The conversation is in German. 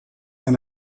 ein